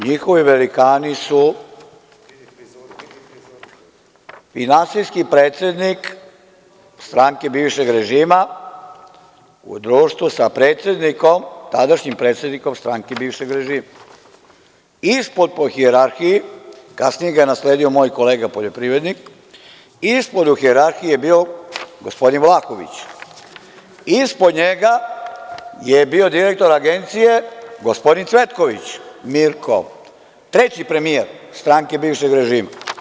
Njihovi velikani su: finansijski predsednik stranke bivšeg režima u društvu sa tadašnjim predsednikom stranke bivšeg režima, ispod po hijerarhiji, kasnije ga je nasledio moj kolega poljoprivrednik, ispod u hijerarhiji je bio gospodin Vlahović, ispod njega je bio direktor Agencije, gospodin Cvetković Mirko, treći premijer stranke bivšeg režima.